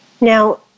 Now